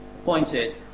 appointed